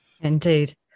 Indeed